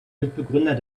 mitbegründer